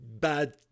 bad